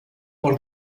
por